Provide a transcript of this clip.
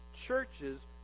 churches